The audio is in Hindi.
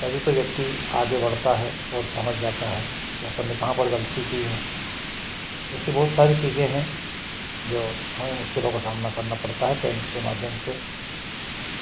तभी तो व्यक्ति आगे बढ़ता है और समझ जाता है कि अपन ने कहाँ पर गलती कि है ऐसी बहुत सारी चीज़ें हैं जो हमें मुश्किलों का सामना करना पड़ता है पेंट के माध्यम से